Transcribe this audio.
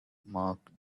mark